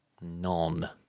None